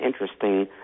interesting